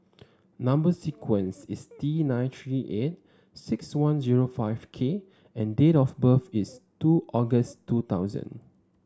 number sequence is T nine three eight six one zero five K and date of birth is two August two thousand